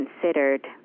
considered